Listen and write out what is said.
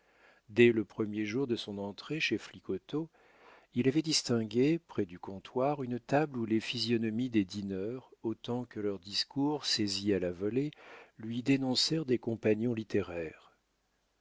dès le premier jour de son entrée chez flicoteaux il avait distingué près du comptoir une table où les physionomies des dîneurs autant que leurs discours saisis à la volée lui dénoncèrent des compagnons littéraires